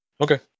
Okay